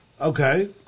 Okay